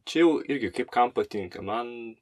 čia jau irgi kaip kam patinka man